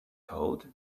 code